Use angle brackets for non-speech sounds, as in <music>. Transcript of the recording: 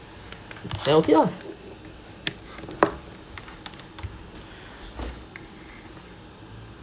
then okay lah <noise>